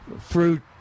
fruit